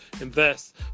invest